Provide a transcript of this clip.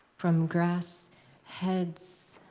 from grass heads,